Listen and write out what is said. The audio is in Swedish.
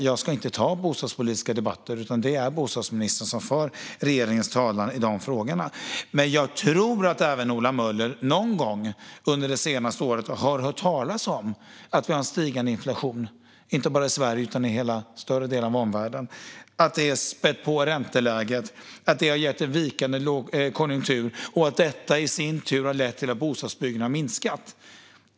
Jag ska inte ta bostadspolitiska debatter, utan det är bostadsministern som för regeringens talan i de frågorna. Jag tror dock att även Ola Möller någon gång under det senaste året har hört talas om att inflationen är stigande inte bara i Sverige utan i större delen av omvärlden och att detta spär på ränteläget, vilket har gett en vikande konjunktur. Detta har i sin tur lett till att bostadsbyggandet har minskat.